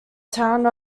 town